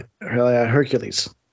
Hercules